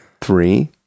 three